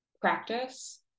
practice